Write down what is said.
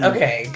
Okay